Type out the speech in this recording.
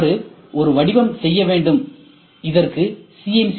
இவ்வாறு ஒரு வடிவம் செய்ய வேண்டும் இதற்கு சி